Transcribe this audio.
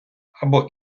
або